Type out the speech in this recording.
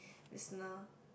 listener